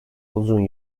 uzun